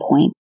point